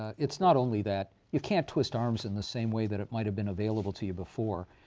it's not only that you can't twist arms in the same way that it might have been available to you before.